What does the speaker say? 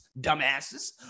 dumbasses